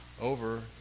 over